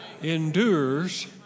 endures